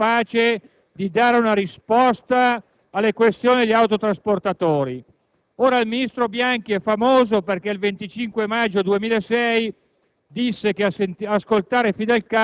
perché il Governo non è stato capace di dare una risposta alle questioni poste dagli autotrasportatori. Il ministro Bianchi è famoso perché il 25 maggio 2006